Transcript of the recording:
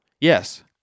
Yes